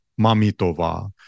Mamitova